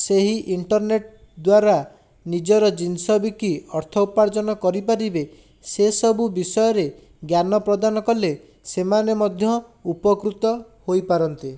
ସେହି ଇଣ୍ଟର୍ନେଟ ଦ୍ଵାରା ନିଜର ଜିନିଷ ବିକି ଅର୍ଥ ଉପାର୍ଜନ କରିପାରିବେ ସେ ସବୁ ବିଷୟରେ ଜ୍ଞାନ ପ୍ରଦାନ କଲେ ସେମାନେ ମଧ୍ୟ ଉପକୃତ ହୋଇପାରନ୍ତେ